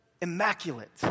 immaculate